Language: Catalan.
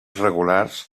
regulars